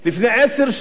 ללבנון,